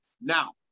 now